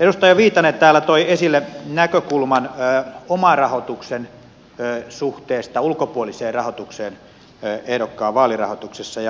edustaja viitanen täällä toi esille näkökulman omarahoituksen suhteesta ulkopuoliseen rahoitukseen ehdokkaan vaalirahoituksessa